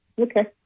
okay